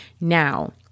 now